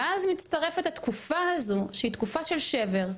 ואז מצטרפת התקופה הזו, שהיא תקופה של שבר,